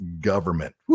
government